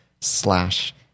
slash